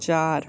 चार